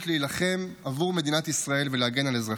להילחם עבור מדינת ישראל ולהגן על אזרחיה.